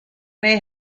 may